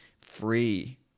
free